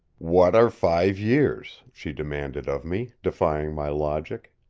what are five years she demanded of me, defying my logic.